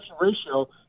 ratio